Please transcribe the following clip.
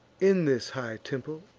in this high temple,